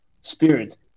spirit